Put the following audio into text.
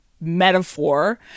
metaphor